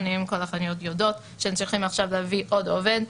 והאם כל החנויות יודעות הן צריכות עכשיו להביא עוד עובד.